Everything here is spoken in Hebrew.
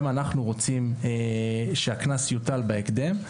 גם אנחנו רוצים שהקנס יוטל בהקדם,